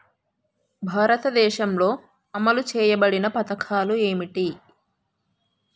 భారతదేశంలో అమలు చేయబడిన పథకాలు ఏమిటి?